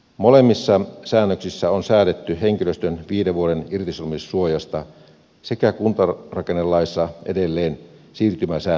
molemmissa säännöksissä on säädetty henkilöstön viiden vuoden irtisanomissuojasta sekä kuntarakennelaissa edelleen siirtymäsäännöksistä